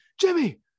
jimmy